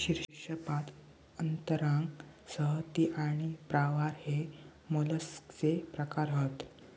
शीर्शपाद अंतरांग संहति आणि प्रावार हे मोलस्कचे प्रकार हत